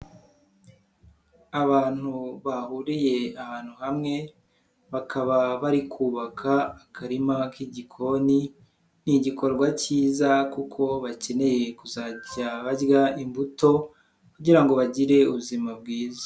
Abantu bahuriye ahantu hamwe, bakaba bari kubaka akarima k'igikoni, ni igikorwa cyiza kuko bakeneye kuzajya barya imbuto, kugira ngo bagire ubuzima bwiza.